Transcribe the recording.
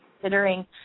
considering